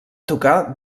tocar